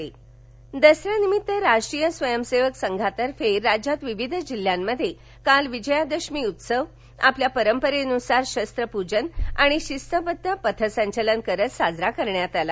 दसरा दसऱ्यानिमित्त राष्ट्रीय स्वयंसेवक संघातर्फे राज्यात विविध जिल्ह्यांमध्ये काल विजया दशमी उत्सव आपल्या परपरेनुसार शस्त्र पुजन आणि शिस्तबध्द पथ सचलन करीत साजरा करण्यात आला